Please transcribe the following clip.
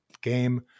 game